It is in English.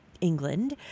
England